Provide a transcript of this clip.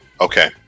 Okay